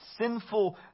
sinful